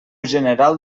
general